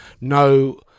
no